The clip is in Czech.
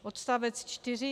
Odstavec 4.